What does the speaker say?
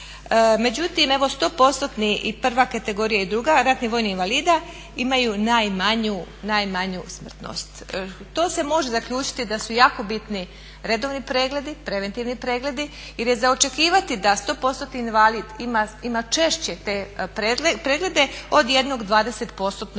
Međutim evo 100%-tni i prva kategorija i druga HRVI-a imaju najmanju smrtnost. To se može zaključiti da su jako bitni redovni pregledi, preventivni pregledi jer je za očekivati da 100%-tni invalid ima češće te preglede od jednog